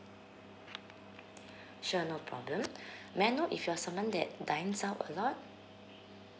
sure no problem may I know if you're someone that dines out a lot